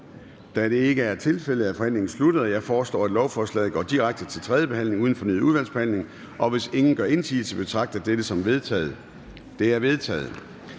2, tiltrådt af udvalget? De er vedtaget. Jeg foreslår, at lovforslaget går direkte til tredje behandling uden fornyet udvalgsbehandling. Og hvis ingen gør indsigelse, betragter jeg dette som vedtaget. Det er vedtaget.